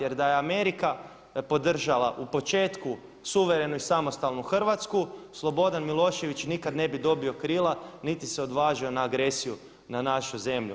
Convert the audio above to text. Jer da je Amerika podržala u početku suverenu i samostalnu Hrvatsku Slobodan Milošević nikad ne bi dobio krila niti se odvažio na agresiju na našu zemlju.